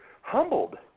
humbled